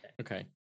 Okay